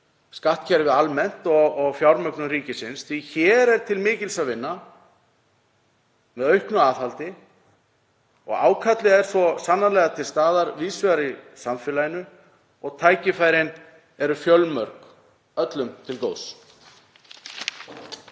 skattkerfið almennt og fjármögnun ríkisins, því að hér er til mikils að vinna með auknu aðhaldi. Ákallið er svo sannarlega til staðar víðs vegar í samfélaginu og tækifærin eru fjölmörg, öllum til góðs.